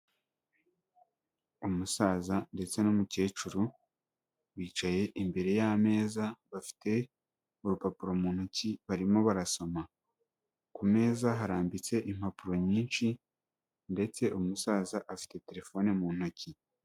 Umusaza ndetse n'umukecuru bicaye imbere y'ameza bafite urupapuro mu ntoki barimo barasoma, ku meza haraditse impapuro nyinshi ndetse umusaza afite telefone mu ntoki.